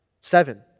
Seven